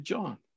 John